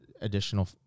additional